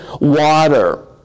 water